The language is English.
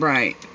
Right